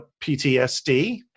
ptsd